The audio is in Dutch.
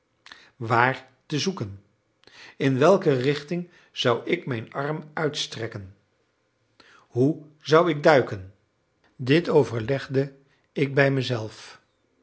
waar te zoeken in welke richting zou ik mijn arm uitstrekken hoe zou ik duiken dit overlegde ik bij mezelf